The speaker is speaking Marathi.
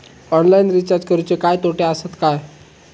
ऑनलाइन रिचार्ज करुचे काय तोटे आसत काय?